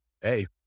hey